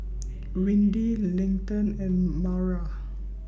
Windy Leighton and Maura